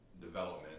development